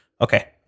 Okay